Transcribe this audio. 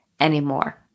anymore